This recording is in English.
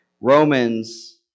Romans